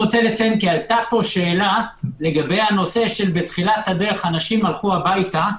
פה שאלה בנושא שבתחילת הדרך אנשים הלכו הביתה,